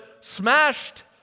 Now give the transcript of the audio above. smashed